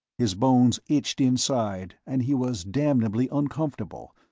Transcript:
his bones itched inside and he was damnably uncomfortable,